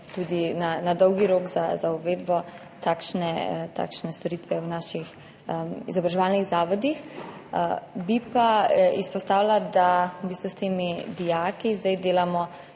tudi na dolgi rok za uvedbo takšne storitve v naših izobraževalnih zavodih. Bi pa izpostavila, da s temi dijaki zdaj delamo